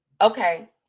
okay